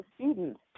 students